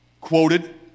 quoted